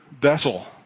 vessel